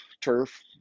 turf